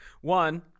One